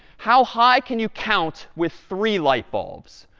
how high can you count with three light bulbs?